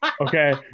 Okay